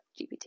GPT